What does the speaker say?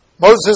Moses